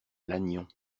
lannion